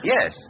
Yes